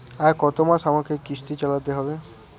আর কতমাস আমাকে কিস্তি চালাতে হবে?